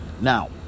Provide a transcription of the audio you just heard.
Now